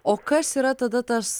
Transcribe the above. o kas yra tada tas